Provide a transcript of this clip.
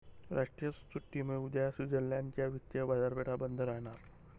राष्ट्रीय सुट्टीमुळे उद्या स्वित्झर्लंड च्या वित्तीय बाजारपेठा बंद राहणार